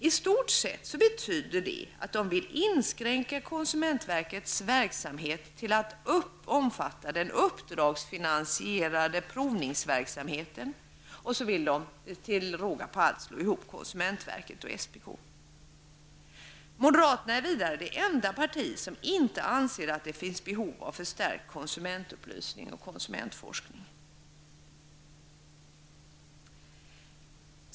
I stort sett betyder det att man vill inskränka konsumentverkets verksamhet till att omfatta den uppdragsfinansierade provningsverksamheten. Till råga på allt vill man slå ihop konsumentverket och SPK. Moderaterna är vidare det enda parti som inte anser att det finns behov av förstärkt konsumentupplysning och konsumentforskning.